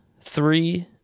three